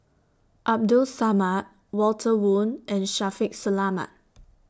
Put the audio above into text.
Abdul Samad Walter Woon and Shaffiq Selamat